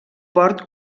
port